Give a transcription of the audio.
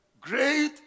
great